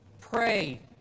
pray